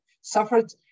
suffered